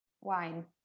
Wine